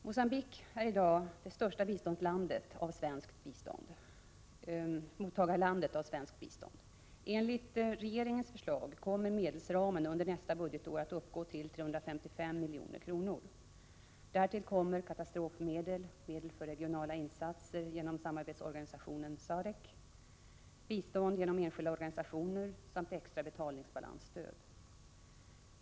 Mogambique är i dag det största mottagarlandet av svenskt bistånd. Enligt regeringens förslag kommer medelsramen under nästa budgetår att uppgå till 355 milj.kr. Härtill kommer katastrofmedel, medel för regionala insatser genom samarbetsorganisationen SADCC, bistånd genom enskilda organisationer samt extra betalningsbalansstöd.